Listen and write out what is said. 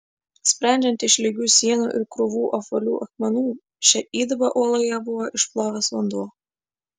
sprendžiant iš lygių sienų ir krūvų apvalių akmenų šią įdubą uoloje buvo išplovęs vanduo